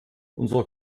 unser